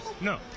no